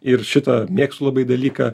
ir šitą mėgstu labai dalyką